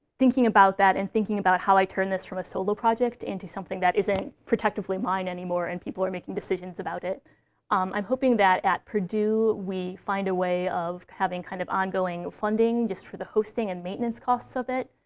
thinking about that, and thinking about how i turn this from a solo project into something that isn't protectively mine anymore, and people are making decisions about it i'm hoping that at purdue, we find a way of having kind of ongoing funding, just for the hosting and maintenance costs of it.